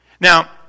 Now